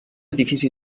edifici